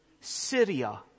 Syria